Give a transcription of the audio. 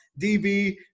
DB